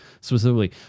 specifically